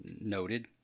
noted